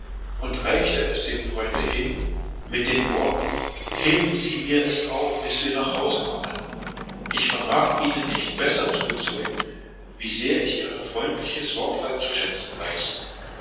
und reichte es dem freunde hin mit den worten heben sie mir es auf bis wir nach hause kommen ich vermag ihnen nicht besser zu bezeugen wie sehr ich ihre freundliche sorgfalt zu schätzen weiß